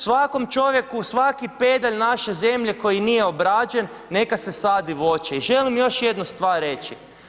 Svakom čovjeku, svaki pedalj naše zemlje koji nije obrađen, neka se sadi voće i želim još jednu stvar reći.